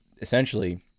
Essentially